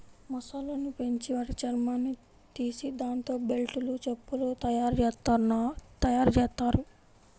మొసళ్ళను పెంచి వాటి చర్మాన్ని తీసి దాంతో బెల్టులు, చెప్పులు తయ్యారుజెత్తారు